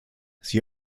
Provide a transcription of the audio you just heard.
sie